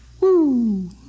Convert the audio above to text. Woo